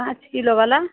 पाँच किलो बला